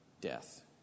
death